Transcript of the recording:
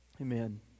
Amen